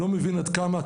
לא מבין עד כמה.